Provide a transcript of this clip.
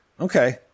Okay